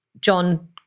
John